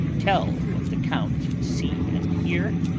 tell what the count see and hear,